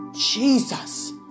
Jesus